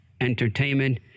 entertainment